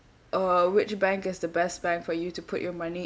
uh which bank is the best bank for you to put your money